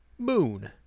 moon